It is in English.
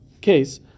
case